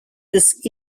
this